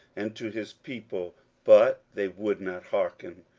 and to his people but they would not hearken.